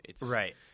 Right